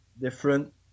different